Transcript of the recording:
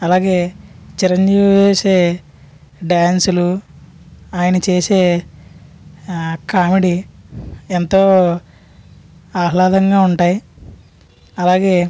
అలాగే చిరంజీవి వేసే డాన్స్లు ఆయన చేసే కామెడీ ఎంతో ఆహ్లాదంగా ఉంటాయి అలాగే